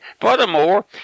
Furthermore